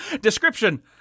Description